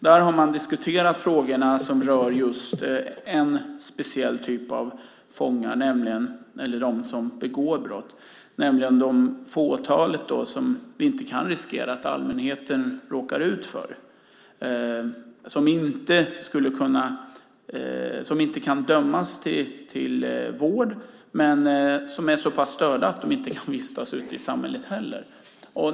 Där har man diskuterat frågorna som rör en speciell typ av brottslingar, nämligen det fåtal som vi inte kan riskera att allmänheten råkar ut för, som inte kan dömas till vård men som är så pass störda att de inte kan vistas ute i samhället heller.